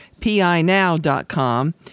pinow.com